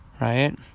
right